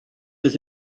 was